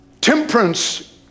Temperance